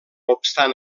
obstant